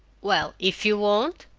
well, if you won't,